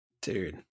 dude